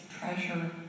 treasure